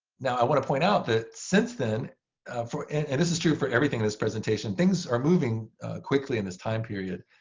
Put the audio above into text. now, i want to point out that since then and this is true for everything in this presentation things are moving quickly in this time period.